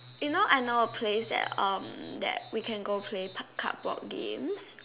you know I know a place that um that we can go play cardboard games